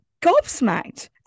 gobsmacked